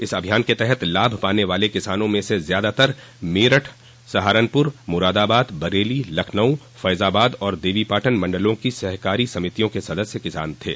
इस अभियान के तहत लाभ पाने वाले किसानों में से ज्यादातर मेरठ सहारनपुर मुरादाबाद बरेली लखनऊ फैजाबाद और देवीपाटन मण्डलों की सहकारी समितियों के सदस्य किसान थे